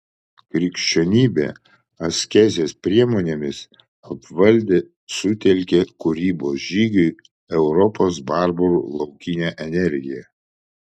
krikščionybė askezės priemonėmis apvaldė sutelkė kūrybos žygiui europos barbarų laukinę energiją